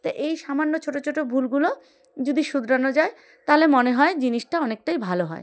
তো এই সামান্য ছোটো ছোটো ভুলগুলো যদি শুধরানো যায় তাহলে মনে হয় জিনিসটা অনেকটাই ভালো হয়